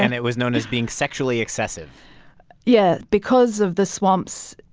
and it was known as being sexually excessive yeah. because of the swamps,